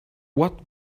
what